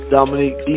Dominique